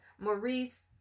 Maurice